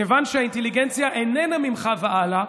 כיוון שהאינטליגנציה איננה ממך והלאה,